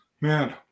Man